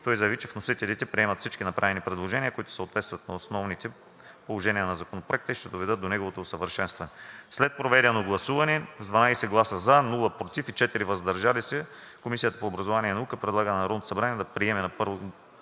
Той заяви, че вносителите приемат всички направени предложения, които съответстват на основните положения на Законопроекта и ще доведат до неговото усъвършенстване. След проведено гласуване с 12 гласа „за“, без „против“ и 4 гласа „въздържал се“ Комисията по образованието и науката предлага на Народното събрание да приеме на първо